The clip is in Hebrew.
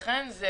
לכן זה